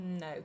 No